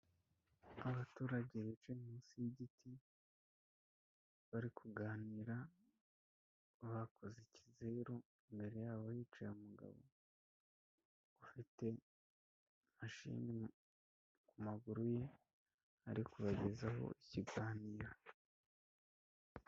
Abaturage bicaye munsi y'igiti bari kuganira bakoze ikizeru, imbere yabo hicaye umugabo ufite imashini ku maguru ye ari kubagezaho ikiganiro.